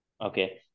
Okay